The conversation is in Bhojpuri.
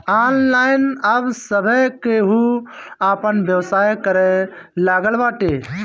ऑनलाइन अब सभे केहू आपन व्यवसाय करे लागल बाटे